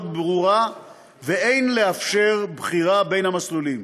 ברורה ואין לאפשר בחירה בין המסלולים.